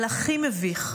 אבל הכי מביך,